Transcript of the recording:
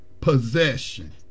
possession